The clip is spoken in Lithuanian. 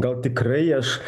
gal tikrai aš